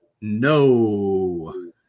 no